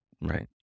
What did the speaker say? Right